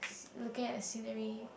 looking at the scenery